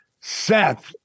Seth